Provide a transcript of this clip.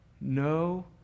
no